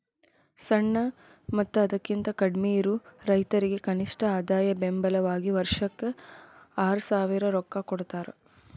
ಸಣ್ಣ ಮತ್ತ ಅದಕಿಂತ ಕಡ್ಮಿಯಿರು ರೈತರಿಗೆ ಕನಿಷ್ಠ ಆದಾಯ ಬೆಂಬಲ ವಾಗಿ ವರ್ಷಕ್ಕ ಆರಸಾವಿರ ರೊಕ್ಕಾ ಕೊಡತಾರ